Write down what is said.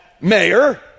mayor